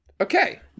okay